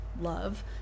love